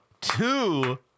two